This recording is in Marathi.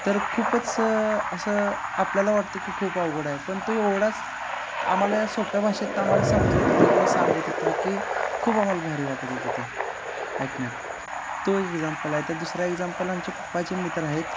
तर खूपच असं आपल्याला वाटतं की खूप अवघड आहे पण तो एवढाच आम्हाला या सोप्या भाषेत तर आम्हाला समजावत होता किंवा सांगत होता की खूप आम्हाला भारी वाटत होतं ते ऐकण्यात तो एक एक्झाम्पल आहे त्या दुसरा एक्झाम्पल आमचे पप्पाचे मित्र आहेत